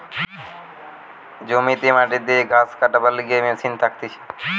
জমিতে মাটিতে যে ঘাস কাটবার লিগে মেশিন থাকতিছে